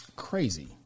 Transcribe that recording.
crazy